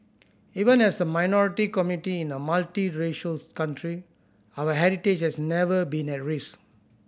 even as a minority community in a multiracial country our heritage has never been at risk